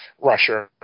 Russia